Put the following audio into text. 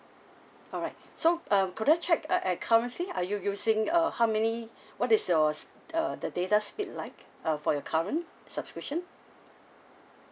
alright so um could I check uh at currently are you using a how many what is your uh the data speed like uh for your current subscription